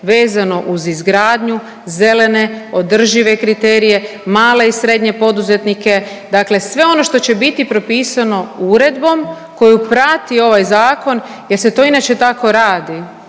vezano uz izgradnju, zelene, održive kriterije, male i srednje poduzetnike, dakle sve ono što će biti propisano Uredbom koju prati ovaj zakon, jer se to inače tako radi.